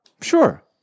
Sure